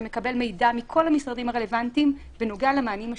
שמקבל מידע מכל המשרדים הרלוונטיים בנוגע למענים השיקומיים.